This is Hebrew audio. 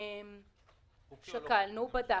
שקלנו, בדקנו,